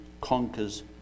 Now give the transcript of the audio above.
conquers